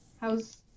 How's